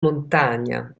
montagna